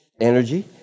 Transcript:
energy